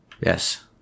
Yes